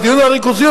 בדיון על הריכוזיות,